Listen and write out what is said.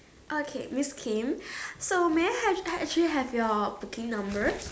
okay Miss Kim so may I have actually have your booking number